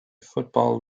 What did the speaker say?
football